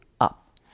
UP